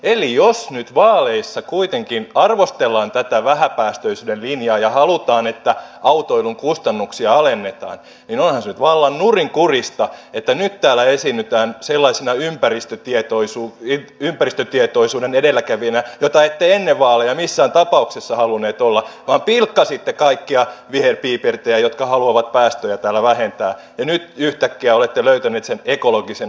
eli jos nyt vaaleissa kuitenkin arvostellaan tätä vähäpäästöisyyden linjaa ja halutaan että autoilun kustannuksia alennetaan niin onhan se vallan nurinkurista että nyt täällä esiinnytään sellaisena ympäristötietoisuuden edelläkävijänä jota ette ennen vaaleja missään tapauksessa halunneet olla vaan pilkkasitte kaikkia viherpiipertäjiä jotka haluavat päästöjä vähentää ja nyt yhtäkkiä olette löytäneet ekologisen olemuksenne